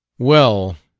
well,